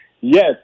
Yes